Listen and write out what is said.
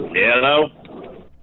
Hello